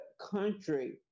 country